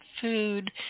food